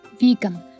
vegan